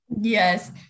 Yes